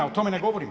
O tome ne govorimo.